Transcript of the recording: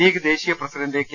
league ദേശീയ president K